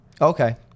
Okay